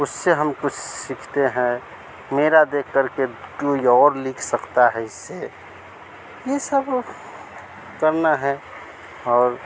उसे हम कुछ सीखते हैं मेरा देख करके कोई और लिख सकता है इससे यह सब करना है और